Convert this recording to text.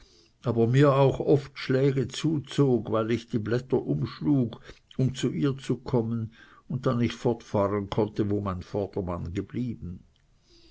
aber mir auch oft schläge zuzog weil ich die blätter umschlug um zu ihr zu kommen und dann nicht fortfahren konnte wo mein vordermann geblieben